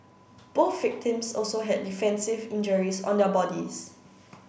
both victims also had defensive injuries on their bodies